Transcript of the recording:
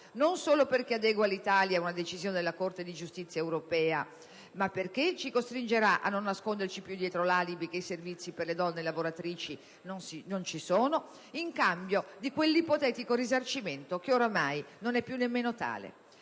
non solo perché adegua l'Italia ad una decisione della Corte di giustizia europea, ma perché ci costringerà a non nasconderci più dietro l'alibi che i servizi per le donne lavoratrici non ci sono in cambio di quell'ipotetico risarcimento che oramai non è più nemmeno tale.